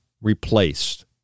replaced